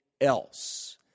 else